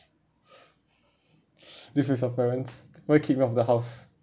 live with your parents why house